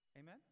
Amen